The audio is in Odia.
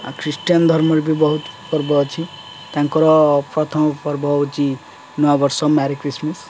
ଆଉ ଖ୍ରୀଷ୍ଟିୟନ ଧର୍ମ ରେ ବି ବହୁତ ପର୍ବ ଅଛି ତାଙ୍କର ପ୍ରଥମ ପର୍ବ ହେଉଛି ନୂଆ ବର୍ଷ ମ୍ୟାରି ଖ୍ରୀଷ୍ଟମାସ୍